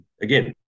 again